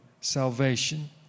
salvation